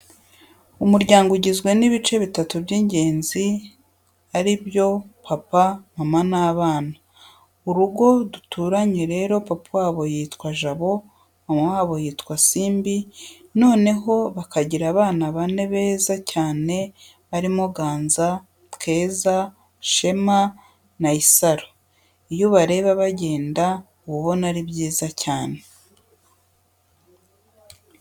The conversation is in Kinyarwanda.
Umuryango ugizwe n'ibice bitatu by'ingenzi ari byo: papa, mama n'abana. Urugo duturanye rero papa wabo yitwa Jabo, mama wabo yitwa Simbi, noneho bakagira abana bane beza cyane barimo Ganza, keza, Shema na Isaro. Iyo ubareba bagendana uba ubona ari byiza cyane.